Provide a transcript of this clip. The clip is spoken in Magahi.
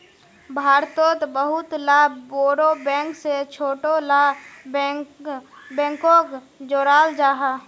भारतोत बहुत ला बोड़ो बैंक से छोटो ला बैंकोक जोड़ाल जाहा